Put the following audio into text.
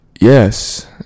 yes